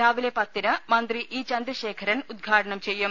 രാവിലെ പത്തിന് മന്ത്രി ഇ ചന്ദ്രശേഖരൻ ഉദ്ഘാടനം ചെയ്യും